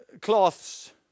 cloths